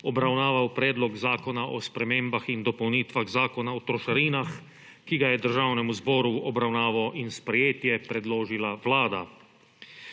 obravnaval predlog zakona o spremembah in dopolnitvah zakona o trošarinah, ki ga je državnemu zboru v obravnavo in sprejetje predložila vlada.